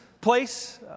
place